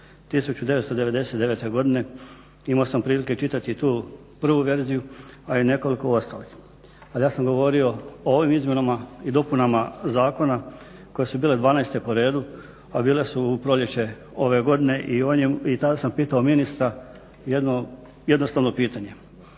1999. godine, imao sam prilike čitati tu prvu verziju, a i nekoliko ostalih. Ali ja sam govorio o ovim izmjenama i dopunama zakona koje su bile 12.-te po redu a bile su u proljeće ove godine i tada sam pitao ministra jedno jednostavno pitanje,